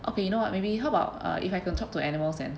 okay you know what maybe how about err if I can talk to animals then